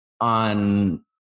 on